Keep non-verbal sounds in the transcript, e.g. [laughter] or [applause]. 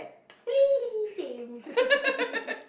same [laughs]